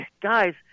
guys